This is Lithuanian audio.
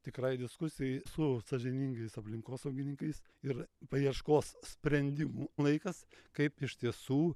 tikrai diskusijai su sąžiningais aplinkosaugininkais ir paieškos sprendimų laikas kaip iš tiesų